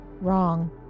wrong